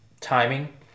timing